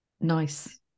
nice